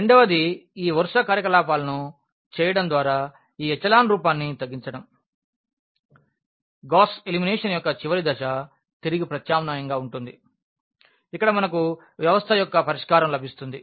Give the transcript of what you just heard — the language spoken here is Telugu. రెండవది ఈ వరుస కార్యకలాపాలను చేయడం ద్వారా ఈ ఎచెలాన్ రూపాన్ని తగ్గించడం గాస్ ఎలిమినేషన్ యొక్క చివరి దశ తిరిగి ప్రత్యామ్నాయంగా ఉంటుంది ఇక్కడ మనకు వ్యవస్థ యొక్క పరిష్కారం లభిస్తుంది